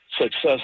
success